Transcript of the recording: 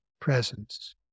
presence